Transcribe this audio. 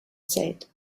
said